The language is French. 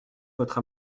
votre